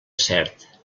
cert